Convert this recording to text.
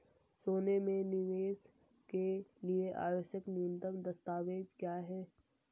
सोने में निवेश के लिए आवश्यक न्यूनतम दस्तावेज़ क्या हैं?